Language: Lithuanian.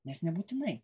nes nebūtinai